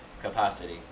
capacity